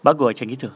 bagus ah macam gitu